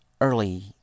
early